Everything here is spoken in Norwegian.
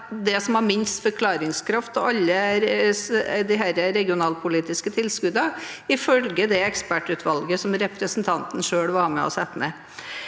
det som har minst forklaringskraft av alle disse regionalpolitiske tilskuddene, ifølge det ekspertutvalget som representanten selv var med på å sette ned.